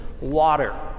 water